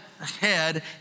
ahead